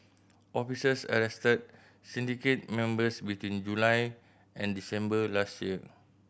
officers arrested syndicate members between July and December last year